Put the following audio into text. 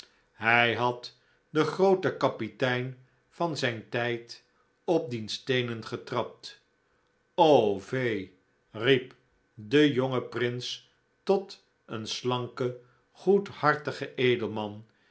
hij had den grooten kapitein van zijn tijd op diens teenen getrapt vee riep de jonge prins tot eenslanken goedhartigen edelman